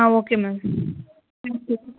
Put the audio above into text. ಹಾಂ okay ma'am thank you